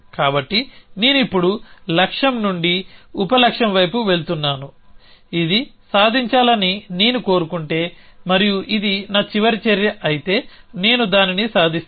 కాబట్టి నేను ఇప్పుడు లక్ష్యం నుండి ఉప లక్ష్యం వైపు వెళుతున్నాను ఇది సాధించాలని నేను కోరుకుంటే మరియు ఇది నా చివరి చర్య అయితే నేను దానిని సాధిస్తాను